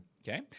Okay